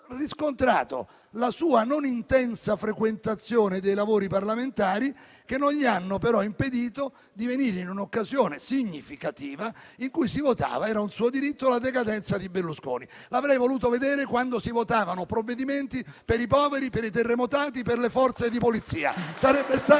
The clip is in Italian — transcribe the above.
riscontrato la sua non intensa frequentazione dei lavori parlamentari, che non gli ha però impedito di venire in un'occasione significativa (era un suo diritto), in cui si votava la decadenza di Berlusconi. L'avrei voluto vedere quando si votavano provvedimenti per i poveri, per i terremotati, per le Forze di polizia.